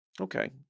Okay